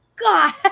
god